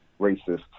racists